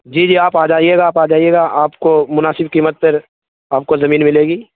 جی جی آپ آ جائیے گا آپ آ جائیے گا آپ کو مناسب قیمت پر آپ کو زمین ملے گی